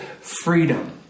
freedom